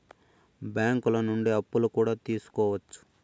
బ్యాంకులు నుండి అప్పులు కూడా తీసుకోవచ్చు